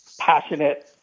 passionate